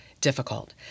difficult